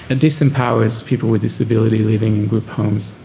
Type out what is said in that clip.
and disempowers people with disability living in group homes.